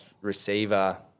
receiver